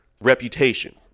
reputation